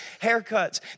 haircuts